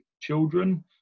children